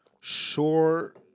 sure